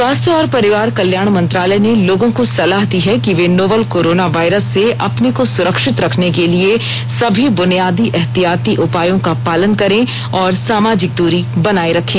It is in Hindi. स्वास्थ्य और परिवार कल्याण मंत्रालय ने लोगों को सलाह दी है कि वे नोवल कोरोना वायरस से अपने को सुरक्षित रखने के लिए सभी ब्रुनियादी एहतियाती उपायों का पालन करें और सामाजिक दूरी बनाए रखें